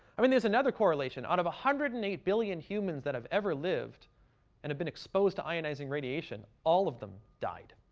i mean there's another correlation, out of one hundred and eight billion humans that have ever lived and have been exposed to ionizing radiation, all of them died